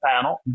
panel